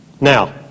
Now